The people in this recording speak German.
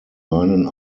meinen